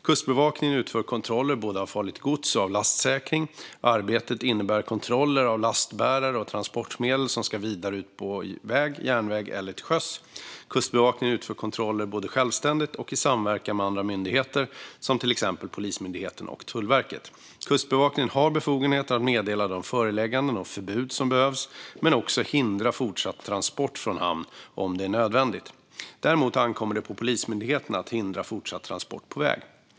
Kustbevakningen utför kontroller både av farligt gods och av lastsäkring. Arbetet innebär kontroller av lastbärare och transportmedel som ska vidare ut på väg, järnväg eller till sjöss. Kustbevakningen utför kontroller både självständigt och i samverkan med andra myndigheter som till exempel Polismyndigheten och Tullverket. Kustbevakningen har befogenhet att meddela de förelägganden och förbud som behövs, men också att hindra fortsatt transport från hamn om det är nödvändigt. Däremot ankommer det på Polismyndigheten att hindra fortsatt transport på väg.